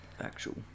actual